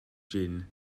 jin